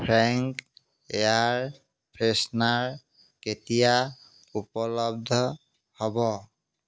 Frank air freshener কেতিয়া উপলব্ধ হ'ব